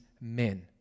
men